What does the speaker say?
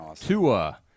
Tua